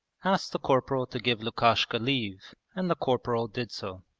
asked the corporal to give lukashka leave, and the corporal did so.